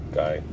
guy